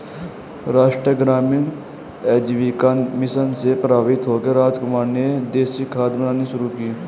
राष्ट्रीय ग्रामीण आजीविका मिशन से प्रभावित होकर रामकुमार ने देसी खाद बनानी शुरू की